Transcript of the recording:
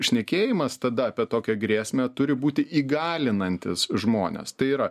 šnekėjimas tada apie tokią grėsmę turi būti įgalinantis žmones tai yra